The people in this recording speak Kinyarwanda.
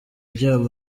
byabo